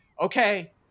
okay